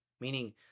meaning